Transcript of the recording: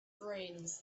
brains